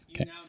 Okay